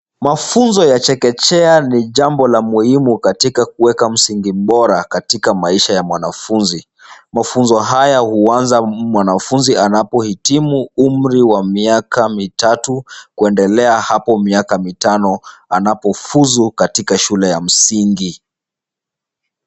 Mafunzo ya chekechea ni jambo la muhimu katika kueka msingi bora katika maisha ya mwanafunzi. Mafunzo haya huanza mwanafunzi anapohitimu umri wa miaka mitatu kuendelea hapo miaka mitano, anapofuzu katika shule ya msingi.